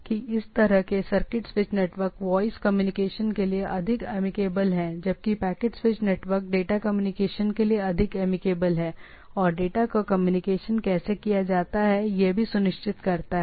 तो यह voice communication के लिए अधिक अमीकेबल है जबकि यह यह सर्किट स्विच नेटवर्क है और जबकि packet switch network data communication के लिए अधिक अमीकेबल है या चीजों के बीच डेटा का कम्युनिकेशन कैसे किया जाता है